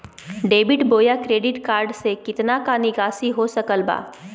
Debit बोया credit card से कितना का निकासी हो सकल बा?